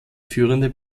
führende